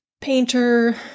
painter